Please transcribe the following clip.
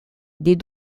des